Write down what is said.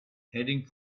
heading